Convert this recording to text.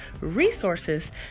resources